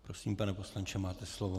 Prosím, pane poslanče, máte slovo.